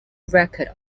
record